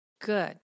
Good